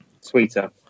Sweeter